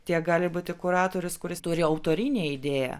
tiek gali būti kuratorius kuris turi autorinę idėją